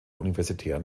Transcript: universitären